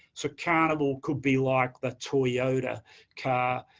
so, carnival could be like the toyota car,